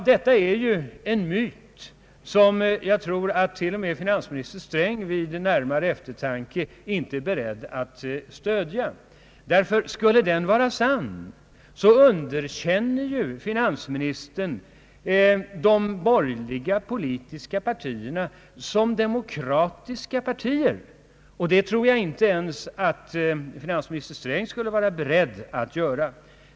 Denna tanke är en myt som jag tror att t.o.m. finansminister Sträng vid närmare eftertanke inte är beredd att stödja. Skulle den vara sann, underkänner ju finansministern de borgerliga politiska partierna som demokratiska partier, och det tror jag inte ens finansminister Sträng är beredd till.